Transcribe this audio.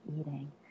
eating